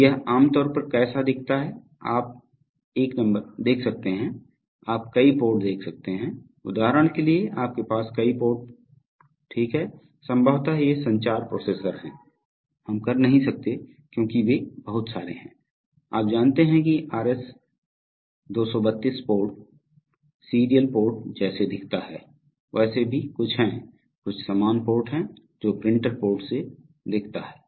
तो यह आम तौर पर कैसा दिखता है आप एक नंबर देख सकते हैं आप कई पोर्ट देख सकते हैं उदाहरण के लिए आपके पास कई पोर्ट ठीक हैं संभवतः ये संचार प्रोसेसर हैं हम कर नहीं सकते क्योंकि वे बहुत सारे हैं आप जानते हैं कि RS 232 पोर्ट सीरियल पोर्ट जैसे दिखता है वैसे भी कुछ हैं कुछ समान पोर्ट हैं जो प्रिंटर पोर्ट से दिखता है